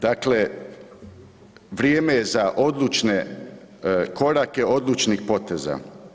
Dakle, vrijeme je za odlučne korake, odlučnih poteza.